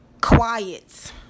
quiet